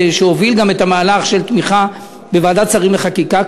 והוא הוביל גם את המהלך של תמיכה בוועדת שרים לחקיקה.